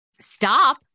Stop